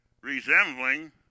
resembling